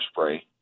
spray